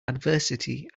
adversity